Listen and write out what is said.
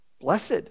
Blessed